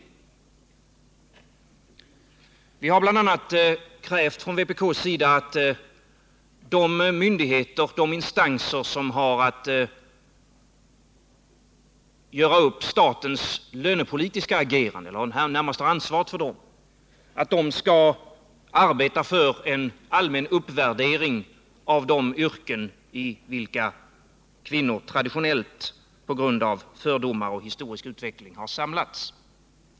Vi har från vpk:s sida bl.a. krävt att de myndigheter och instanser som har det närmaste ansvaret för statens lönepolitiska agerande skall arbeta för en allmän uppvärdering av de yrken i vilka kvinnor traditionellt, på grund av fördomar och historisk utveckling, samlats.